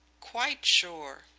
quite sure,